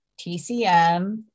TCM